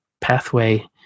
pathway